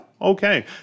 Okay